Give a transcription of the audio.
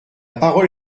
parole